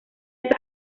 esa